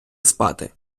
спати